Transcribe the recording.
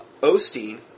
Osteen